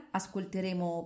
ascolteremo